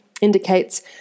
indicates